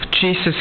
Jesus